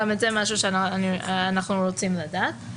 גם זה משהו שאנחנו רוצים לדעת.